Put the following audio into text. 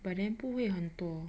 but then 不很多